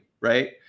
right